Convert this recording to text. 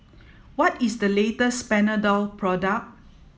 what is the latest Panadol product